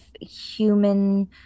human